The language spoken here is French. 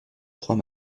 trois